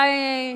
אולי,